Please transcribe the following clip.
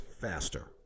faster